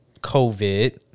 COVID